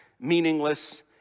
meaningless